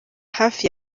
hafi